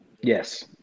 Yes